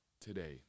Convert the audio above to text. today